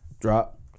drop